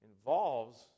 involves